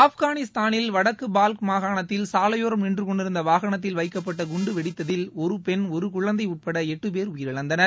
ஆப்கானிஸ்தானில் வடக்கு பால்க் மாகாணத்தில் சாலையோரம் நின்றுகொண்டிருந்த வாகனத்தில் வைக்கப்பட்ட குண்டு வெடித்ததில் ஒரு பெண் ஒரு குழந்தை உட்பட எட்டுபேர் உயிரிழந்தனர்